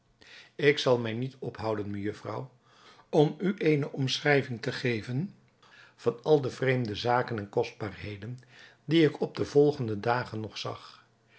ik zal mij niet ophouden mejufvrouw om u eene omschrijving te geven van al de vreemde zaken en kostbaarheden die ik op de volgende dagen nog zag